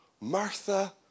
Martha